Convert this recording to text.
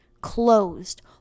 closed